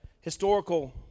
historical